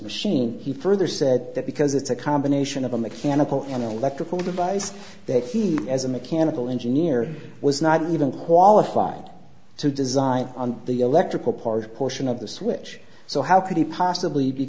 machine he further said that because it's a combination of a mechanical and electrical device that he as a mechanical engineer was not even qualified to design on the electrical part portion of the switch so how could he possibly be